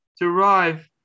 derive